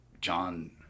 John